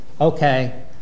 okay